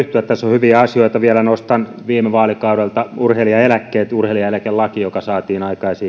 hyviä asioita vielä nostan viime vaalikaudelta urheilijaeläkkeet urheilijaeläkelain joka saatiin aikaan siihen on